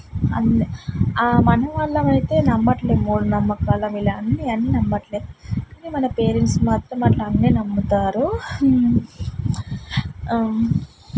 మన వాళ్ళమైతే నమ్మట్లే మూఢనమ్మకాలమిలా అన్నీ అన్నీ నమ్మట్లే కానీ మన పేరెంట్స్ మాత్రం అట్లా అన్నీ నమ్ముతారు